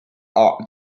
are